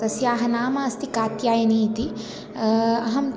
तस्याः नाम अस्ति कात्यायनी इति अहं